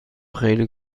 خیلی